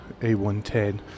A110